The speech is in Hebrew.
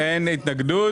לנו אין התנגדות.